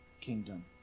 kingdom